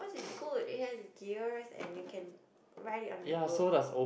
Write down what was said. good it has gears and you can ride it on the road